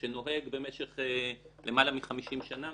שנוהג במשך למעלה מ-50 שנה,